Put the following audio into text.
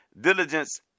diligence